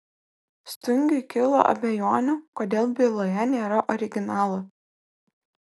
stungiui kilo abejonių kodėl byloje nėra originalo